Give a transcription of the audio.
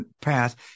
path